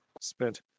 Spent